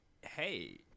Hey